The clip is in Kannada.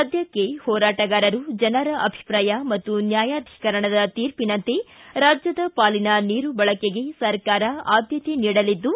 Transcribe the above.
ಸದ್ದಕ್ಷೆ ಹೋರಾಟಗಾರರು ಜನರ ಅಭಿಪ್ರಾಯ ಮತ್ತು ನ್ಯಾಯಾಧೀಕರಣದ ತೀರ್ಪಿನಂತೆ ರಾಜ್ಜದ ಪಾಲಿನ ನೀರು ಬಳಕೆಗೆ ಸರ್ಕಾರ ಆದ್ಯತೆ ನೀಡಲಿದ್ದು